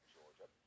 Georgia